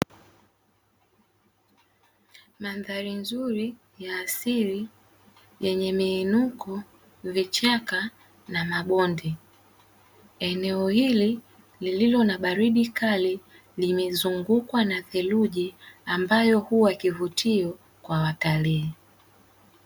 Mandhari nzuri ya asili yenye miinuko, vichaka na mabonde. Eneo hili lililo na baridi kali limezungukwa na theluji ambayo huwa kivutio kwa watalii.